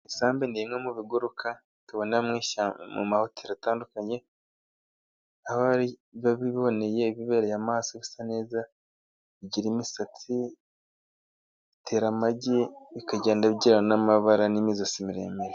Imisambi ni imwe mu biguruka tubona mu mahoteli atandukanye, aho biba biboneye, bibereye amaso, isa neza, bigira imisatsi, itera amagi, bikagenda bigira n'amabara n'imizosi miremire.